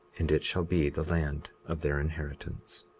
and it shall be the land of their inheritance.